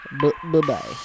Bye-bye